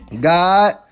God